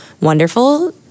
wonderful